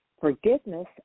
Forgiveness